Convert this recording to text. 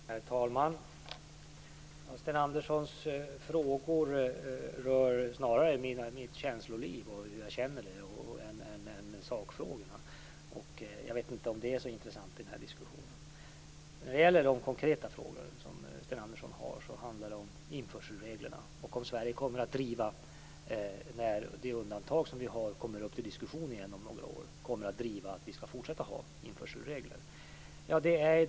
Herr talman! Sten Anderssons frågor rör snarare mitt känsloliv än sakfrågorna, och jag vet inte om det är så intressant i den här diskussionen. Den konkreta fråga som Sten Andersson har handlar om införselreglerna och om Sverige när det undantag vi har om några år kommer upp till diskussion kommer att driva att vi även i fortsättningen skall ha införselregler.